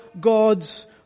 God's